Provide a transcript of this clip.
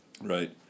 right